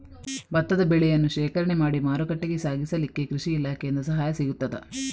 ಭತ್ತದ ಬೆಳೆಯನ್ನು ಶೇಖರಣೆ ಮಾಡಿ ಮಾರುಕಟ್ಟೆಗೆ ಸಾಗಿಸಲಿಕ್ಕೆ ಕೃಷಿ ಇಲಾಖೆಯಿಂದ ಸಹಾಯ ಸಿಗುತ್ತದಾ?